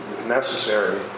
necessary